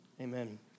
Amen